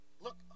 Look